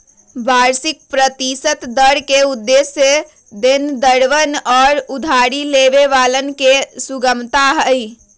वार्षिक प्रतिशत दर के उद्देश्य देनदरवन और उधारी लेवे वालन के सुगमता हई